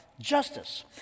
justice